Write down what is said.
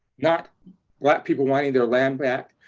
not black people wanting their land back.